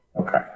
okay